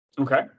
Okay